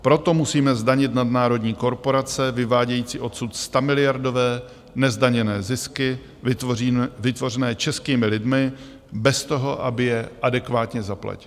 Proto musíme zdanit nadnárodní korporace vyvádějící odsud stamiliardové nezdaněné zisky vytvořené českými lidmi bez toho, aby je adekvátně zaplatily.